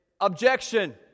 Objection